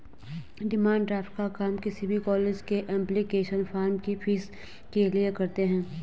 demand draft का काम किसी भी कॉलेज के एप्लीकेशन फॉर्म की फीस के लिए करते है